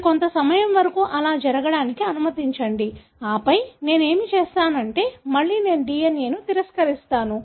మీరు కొంత సమయం వరకు అలా జరగడానికి అనుమతించండి ఆపై నేను ఏమి చేస్తానంటే మళ్లీ నేను DNA ని తిరస్కరిస్తాను